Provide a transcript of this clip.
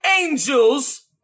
angels